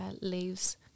leaves